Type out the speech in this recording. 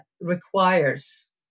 requires